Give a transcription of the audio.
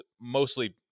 mostly